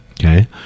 okay